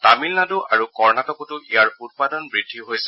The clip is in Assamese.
তামিলনাডু আৰু কৰ্ণাটকতো ইয়াৰ উৎপাদন বৃদ্ধি হৈছে